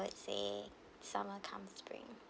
would say summer come spring